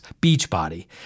Beachbody